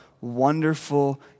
wonderful